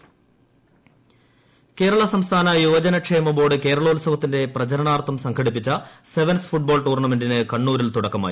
sevens football Kerala സംസ്ഥാന യുവജന ക്ഷേമ ബോർഡ് കേരളോത്സവത്തിന്റെ പ്രചരണാർത്ഥം സംഘടിപ്പിച്ച സെവൻസ് ഫുട്ബോൾ ടൂർണമെന്റിന് കണ്ണൂരിൽ തുടക്കമായി